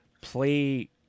play